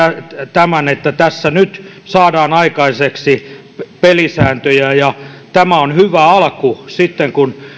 tämän että tässä nyt saadaan aikaiseksi pelisääntöjä tämä on hyvä alku sitten kun